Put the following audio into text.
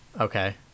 Okay